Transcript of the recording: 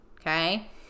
okay